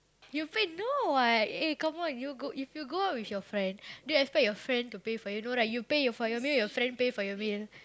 you pay no what eh come on you go if you go with your friend do you expect your friend to pay for you no right you pay for your meal your friend pay for your meal